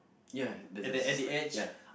ya there's a slack ya